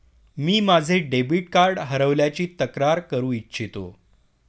मी माझे debit card हरवल्याची तक्रार करू इच्छितो